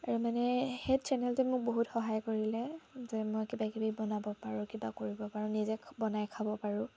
আৰু মানে সেই চেনেলটোত মোক বহুত সহায় কৰিলে যে মই কিবাকিবি বনাব পাৰোঁ কিবা কৰিব পাৰোঁ নিজে বনাই খাব পাৰোঁ